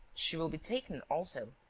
she will be taken also.